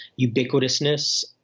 ubiquitousness